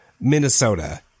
Minnesota